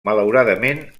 malauradament